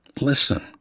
listen